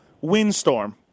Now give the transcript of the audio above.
windstorm